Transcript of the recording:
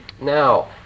Now